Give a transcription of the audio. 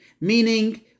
Meaning